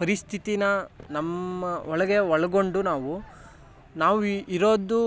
ಪರಿಸ್ಥಿತಿ ನಮ್ಮ ಒಳಗೆ ಒಳಗೊಂಡು ನಾವು ನಾವು ಇರೋದು